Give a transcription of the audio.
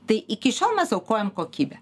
tai iki šiol mes aukojom kokybę